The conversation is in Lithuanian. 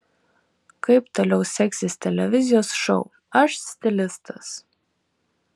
kaip toliau seksis televizijos šou aš stilistas